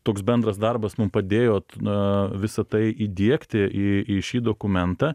toks bendras darbas mum padėjot a visa tai įdiegti į į šį dokumentą